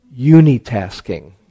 unitasking